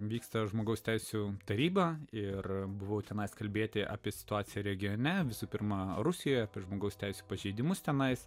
vyksta žmogaus teisių taryba ir būtinas kalbėti apie situaciją regione visų pirma rusijoje apie žmogaus teisių pažeidimus tenai